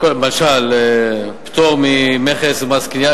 למשל פטור ממכס ומס קנייה,